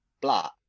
Blah